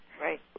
Right